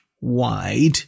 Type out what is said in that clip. wide